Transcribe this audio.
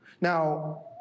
Now